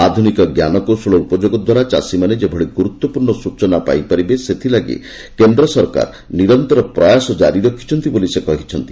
ଆଧୁନିକ ଜ୍ଞାନକୌଶଳ ଉପଯୋଗ ଦ୍ୱାରା ଚାଷୀମାନେ ଯେଭଳି ଗୁରୁତ୍ୱପୂର୍ଣ୍ଣ ସୂଚନା ପାଇପାରିବେ ସେଥିଲାଗି କେନ୍ଦ୍ର ସରକାର ନିରନ୍ତର ପ୍ରୟାସ ଜାରି ରଖିଛନ୍ତି ବୋଲି ସେ କହିଛନ୍ତି